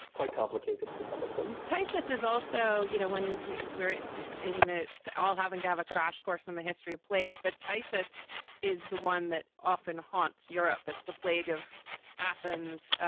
quite complicated for some of them. typhus is also, you know, when we were in the the all having to have a crash course in the history of plagues. but typhus is the one that often haunts europe. it's the plague of athens.